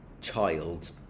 child